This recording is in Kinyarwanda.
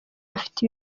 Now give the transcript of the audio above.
bafite